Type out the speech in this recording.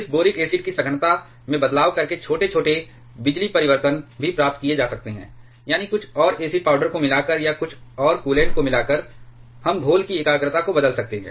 इस boric acid की सघनता में बदलाव करके छोटे छोटे बिजली परिवर्तन भी प्राप्त किए जा सकते हैं यानी कुछ और एसिड पाउडर को मिलाकर या कुछ और कूलेंट को मिलाकर हम घोल की एकाग्रता को बदल सकते हैं